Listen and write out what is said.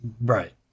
Right